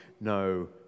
no